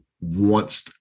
wants